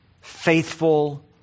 faithful